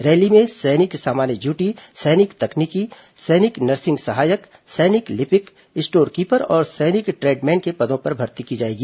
rally में सैनिक सामान्य ड्यूटी सैनिक तकनीकी सैनिक नर्सिंग सहायक सैनिक लिपिक स्टोर कीपर और सैनिक ट्रैड मैन के पदों पर भर्ती की जाएगी